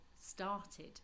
started